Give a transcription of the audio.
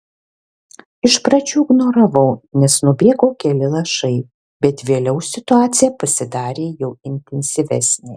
iš pradžių ignoravau nes nubėgo keli lašai bet vėliau situacija pasidarė jau intensyvesnė